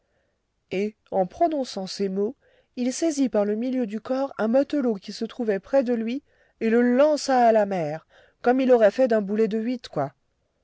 et en prononçant ces mots il saisit par le milieu du corps un matelot qui se trouvait près de lui et le lança à la mer comme il aurait fait d'un boulet de huit quoi